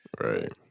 Right